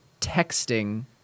texting